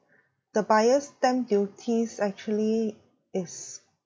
the buyer's stamp duties actually is